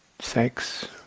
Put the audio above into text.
sex